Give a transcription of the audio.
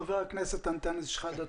חבר הכנסת אנטאנס שחאדה,